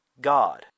God